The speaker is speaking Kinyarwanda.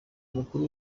mukuru